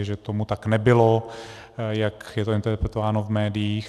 Že tomu tak nebylo, jak je to interpretováno v médiích.